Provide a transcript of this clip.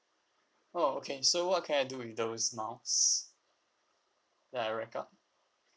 oh okay so what can I do with those miles that I racked up